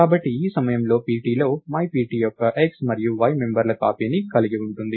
కాబట్టి ఈ సమయంలో pt లో myPt యొక్క x మరియు y మెంబర్ల కాపీ ని కలిగి ఉంటుంది